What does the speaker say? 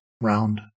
Round